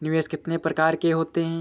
निवेश कितने प्रकार के होते हैं?